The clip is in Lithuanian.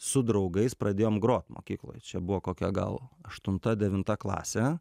su draugais pradėjom grot mokykloj čia buvo kokia gal aštunta devinta klasė